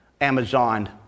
Amazon